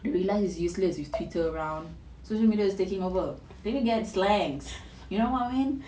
you realise is useless with twitter around social media is taking over they need to look at slangs you know what I mean